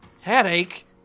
Headache